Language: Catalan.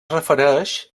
refereix